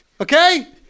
Okay